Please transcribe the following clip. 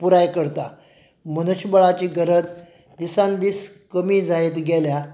पुराय करता मनुश्यबळाची गरज दिसान दीस कमी जायत गेल्या